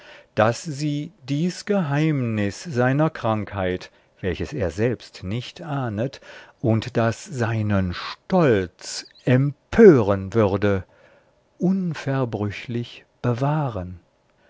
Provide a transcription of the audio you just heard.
daß sie dies geheimnis seiner krankheit welches er selbst nicht ahnet und das seinen stolz empören würde unverbrüchlich bewahren